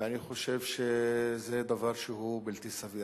ואני חושב שזה דבר שהוא בלתי סביר.